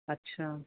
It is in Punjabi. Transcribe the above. ਅੱਛਾ